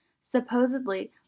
Supposedly